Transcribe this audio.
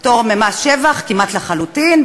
פטור ממס שבח כמעט לחלוטין,